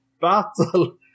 battle